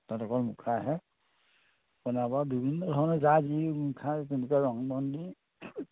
তাত অকল মুখাহে অনাবৰত বিভিন্ন ধৰণৰ যাৰ যি মুখাৰ কেনেকুৱা ৰং বন দি